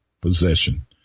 possession